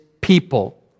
people